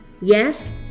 yes